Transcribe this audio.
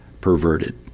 perverted